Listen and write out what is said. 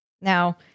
Now